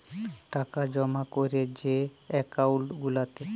টাকা জমা ক্যরে যে একাউল্ট গুলাতে